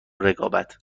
رقابت